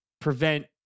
prevent